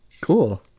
Cool